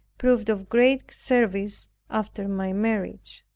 proved of great service after my marriage.